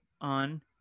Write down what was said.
on